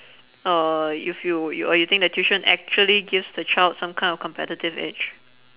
or you feel you or you think that tuition actually gives the child some kind of competitive edge